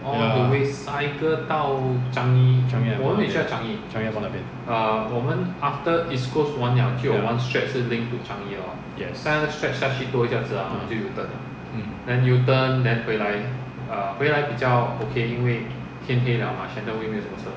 ya changi airport 那边 changi airport 那边 ya yes mm